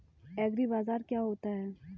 एग्रीबाजार क्या होता है?